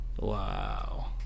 Wow